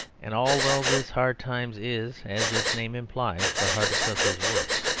and although this hard times is, as its name implies, the hardest of his works,